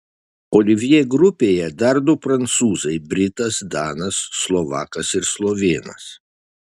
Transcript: olivjė grupėje dar du prancūzai britas danas slovakas ir slovėnas